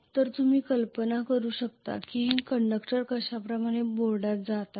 तर तुम्ही कल्पना करू शकता की कंडक्टर अशाप्रकारे बोर्डात जात आहेत